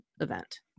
event